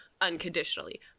unconditionally